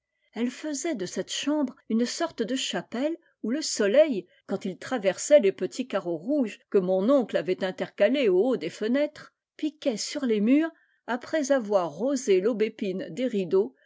elles faisaient de cette chambre une sorte de chapelle où le soleil quand il traversait les petits carreaux rouges que mon oncle avait intercalés au haut des fenêtres piquait sur les murs après avoir rosé l'aubépine des rideaux